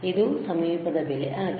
ಇದು ಸಮೀಪದ ಬೆಲೆ ಆಗಿದೆ